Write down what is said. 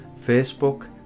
Facebook